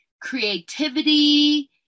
creativity